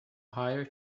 hire